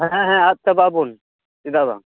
ᱦᱮᱸ ᱦᱮᱸ ᱟᱫ ᱪᱟᱵᱟᱜ ᱵᱚᱱ ᱪᱮᱫᱟᱜ ᱵᱟᱝ